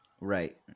Right